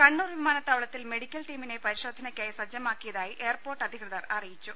കണ്ണൂർ വിമാനത്താവളത്തിൽ മെഡിക്കൽ ടീമിനെ പരിശോധനയ്ക്കായി സജ്ജമാക്കിയതായി എയർപോർട്ട് അധികൃതർ അറിയിച്ചു